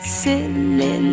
silly